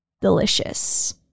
Delicious